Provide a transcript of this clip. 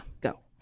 go